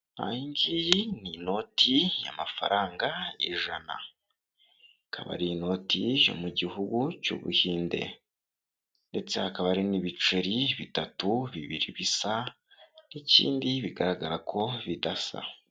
Iyi ngiyi ni inoti y'amafaranga ijana. Ikaba ari inoti yo mu Gihugu cy'Ubuhinde, ndetse hakaba hari n'ibiceri bitatu, bibiri bisa n'ikindi bigaragara ko bidasa.